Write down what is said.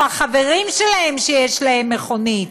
או החברים שלהם שיש להם מכונית,